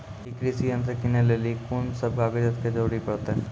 ई कृषि यंत्र किनै लेली लेल कून सब कागजात के जरूरी परतै?